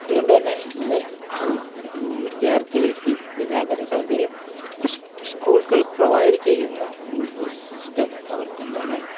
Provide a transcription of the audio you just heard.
അതുകൊണ്ടുതന്നെ ഇന്ന് വിദ്യാർത്ഥികൾക്ക് ഗതാഗതസൗകര്യം സ്കൂളുകൾ പ്രൊവൈഡ് ചെയ്യുന്ന ഒരു ബസ് സിസ്റ്റം അവർക്കെന്താണ്